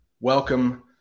welcome